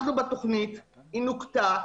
נוקתה.